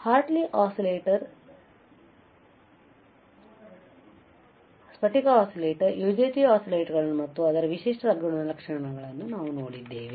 Hartley oscillator ಸ್ಫಟಿಕ oscillator UJT ಆಸಿಲೇಟರ್ಗಳನ್ನು ಮತ್ತು ಅದರ ವಿಶಿಷ್ಟ ಗುಣಲಕ್ಷಣಗಳನ್ನು ನೋಡಿದ್ದೇವೆ